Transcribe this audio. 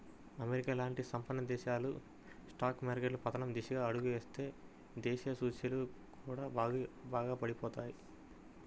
America లాంటి సంపన్న దేశాల స్టాక్ మార్కెట్లు పతనం దిశగా అడుగులు వేస్తే దేశీయ సూచీలు కూడా బాగా పడిపోతాయి